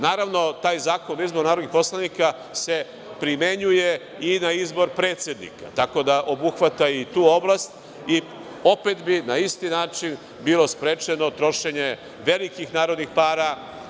Naravno, taj Zakon o izboru narodnih poslanika se primenjuje i na izbor predsednika, tako da obuhvata i tu oblast i opet bi na isti način bilo sprečeno trošenje velikih narodnih para.